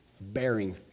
bearing